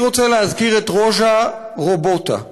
אני רוצה להזכיר את רוז'ה רובוטה,